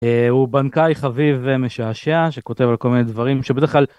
הוא בנקאי חביב ומשעשע שכותב על כל מיני דברים שבדרך כלל...